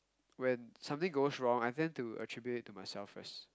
when something goes wrong I tend to attribute it to myself first